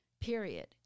period